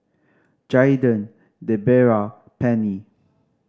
Jaiden Debera Penny